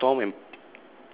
oh it's tom and